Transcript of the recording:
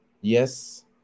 Yes